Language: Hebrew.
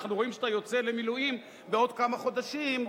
אנחנו רואים שאתה יוצא למילואים בעוד כמה חודשים,